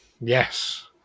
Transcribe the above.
Yes